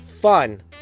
fun